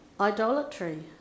idolatry